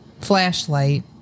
flashlight